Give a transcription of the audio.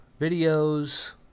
videos